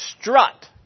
strut